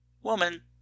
woman